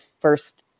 first